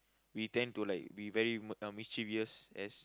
we tend to like we very uh mischievous as